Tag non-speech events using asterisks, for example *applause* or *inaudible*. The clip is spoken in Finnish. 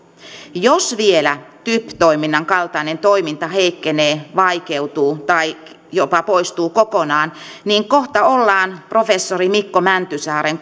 jos vielä typ toiminnan kaltainen toiminta heikkenee vaikeutuu tai jopa poistuu kokonaan niin kohta ollaan professori mikko mäntysaaren *unintelligible*